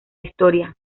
historia